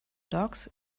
dogs